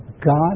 God